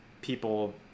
people